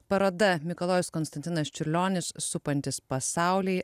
paroda mikalojus konstantinas čiurlionis supantis pasaulį